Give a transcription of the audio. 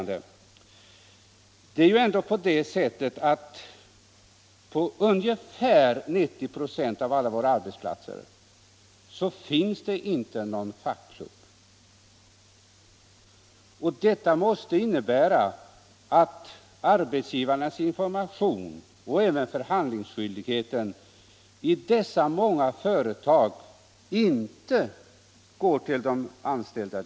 Det är ändå på det sättet att det på ungefär 90 ", av alla våra ar | betsplatser inte finns någon fackklubb. Detta måste innebära att arbets | givarnas information och även förhandlingsskyldigheten i dessa många företag inte går direkt till de anställda.